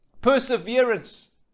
perseverance